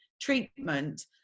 treatment